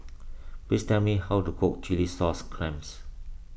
please tell me how to cook Chilli Sauce Clams